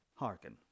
Hearken